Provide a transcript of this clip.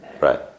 Right